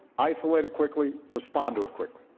isolate it quickly, respond to it quickly.